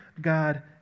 God